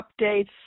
updates